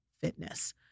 fitness